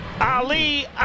Ali